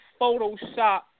Photoshop